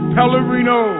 Pellerino